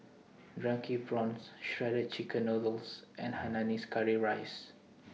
Drunken Prawns Shredded Chicken Noodles and Hainanese Curry Rice